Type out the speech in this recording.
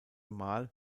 mal